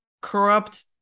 corrupt